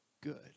good